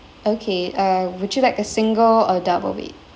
okay uh would you like a single or double bed